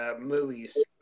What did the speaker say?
movies